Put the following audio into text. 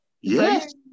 Yes